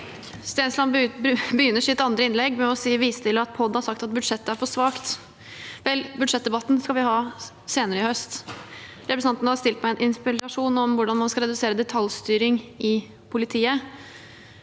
Stensland begyn- ner sitt andre innlegg med å vise til at POD har sagt at budsjettet er for svakt. Vel, budsjettdebatten skal vi ha senere i høst. Representanten har lagt fram en interpellasjon om hvordan man skal redusere detaljstyring i politiet,